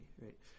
right